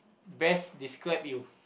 best describe you